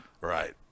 Right